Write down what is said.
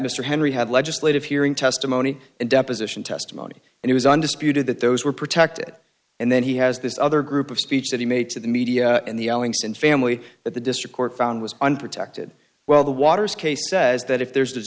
mr henry had legislative hearing testimony and deposition testimony and it was undisputed that those were protected and then he has this other group of speech that he made to the media and the ellingson family that the district court found was unprotected well the waters case says that if there's